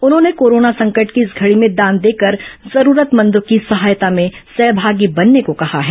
उन्होंने कोरोना संकट की इस घड़ी में दान देकर जरूरतमंदों की सहायता में सहभागी बनने को कहा है